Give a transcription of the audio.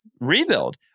rebuild